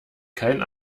kein